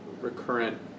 recurrent